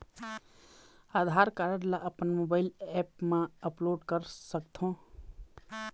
आधार card ला अपन mobile app मा अपलोड कर सकथों?